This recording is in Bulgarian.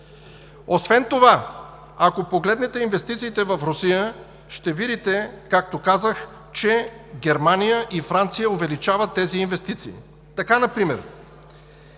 Освен това, ако погледнете инвестициите в Русия, ще видите, както казах, че Германия и Франция увеличават тези инвестиции.